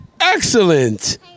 Excellent